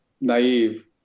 naive